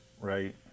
right